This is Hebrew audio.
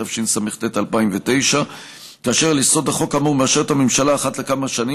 התשס"ט 2009. על יסוד החוק האמור מאשרת הממשלה אחת לכמה שנים